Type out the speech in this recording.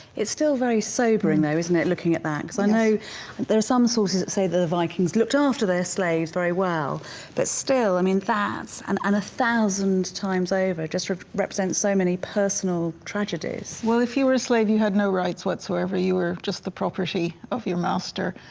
it's still very sobering though isn't it looking at that cos i know there are some sources that say the the vikings looked after their slaves very well but still i mean that and and a thousand times over just represents so many personal tragedies. well if you were a slave you had no rights whatsoever you were just the property of your master.